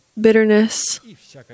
bitterness